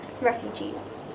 refugees